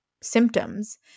symptoms